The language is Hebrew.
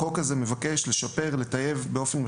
החוק הזה מבקש לשפר ולטייב, באופן משמעותי,